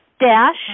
dash